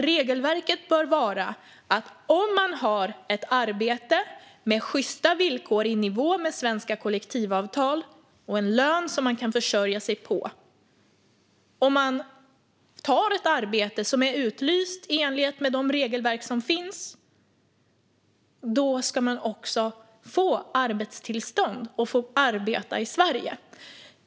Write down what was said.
Regelverket bör vara att om man har ett arbete med sjysta villkor i nivå med svenska kollektivavtal, en lön som man kan försörja sig på och ett arbete som är utlyst i enlighet med de regelverk som finns ska man också få arbetstillstånd och få arbeta i Sverige.